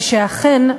ואכן,